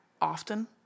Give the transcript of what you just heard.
often